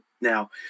now